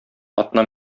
атна